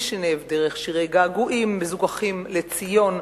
קישינב דרך שירי געגועים מזוככים לציון,